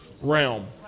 realm